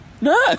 no